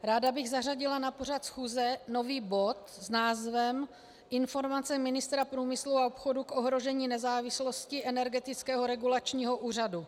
Ráda bych zařadila na pořad schůze nový bod s názvem Informace ministra průmyslu a obchodu k ohrožení nezávislosti Energetického regulačního úřadu.